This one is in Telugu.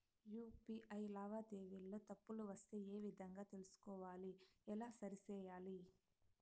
యు.పి.ఐ లావాదేవీలలో తప్పులు వస్తే ఏ విధంగా తెలుసుకోవాలి? ఎలా సరిసేయాలి?